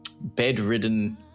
bedridden